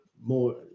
more